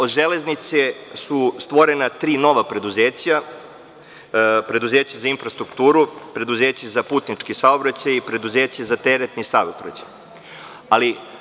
Od „Železnice“ su stvorena tri nova preduzeća – Preduzeće za infrastrukturu, Preduzeće za putnički saobraćaj i Preduzeće za teretni saobraćaj.